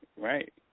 right